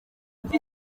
kuri